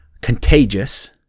contagious